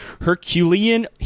Herculean